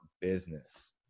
business